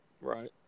right